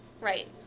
right